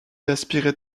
aspirait